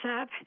up